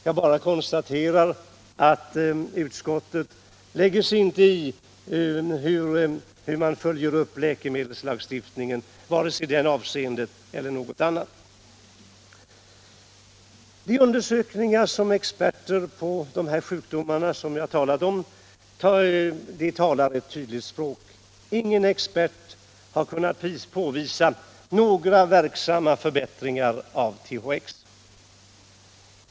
Jag konstaterar bara att utskottet inte har till uppgift att följa upp läkemedelslagstiftningen, vare sig i det avseendet eller i något annat. De undersökningar som gjorts av experter på de sjukdomar jag nämnt talar ett tydligt språk. Ingen expert har kunnat påvisa några verksamma förbättringar genom THX.